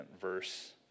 verse